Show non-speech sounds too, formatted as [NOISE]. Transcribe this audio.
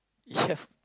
ya [BREATH]